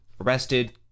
arrested